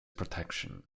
protection